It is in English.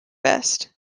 best